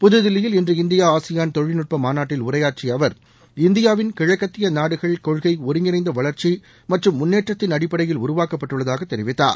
புதுதில்லியில் இன்று India ASEAN தொழில்நுட்பமாநாட்டில் உரையாற்றியஅவர் இந்தியாவின் கிழக்கத்தியநாடுகள் கொள்கைஒருங்கிணைந்தவளர்ச்சிமற்றும் முன்னேற்றத்தின் அடிப்படையில் உருவாக்கப்பட்டுள்ளதாகதெரிவித்தார்